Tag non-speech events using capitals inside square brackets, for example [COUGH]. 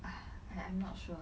[BREATH] I'm I'm not sure